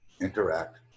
interact